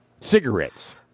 Cigarettes